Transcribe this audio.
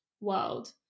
world